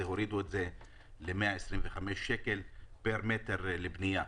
הורידו את זה ל-125 שקלים פר מטר לבנייה.